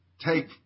take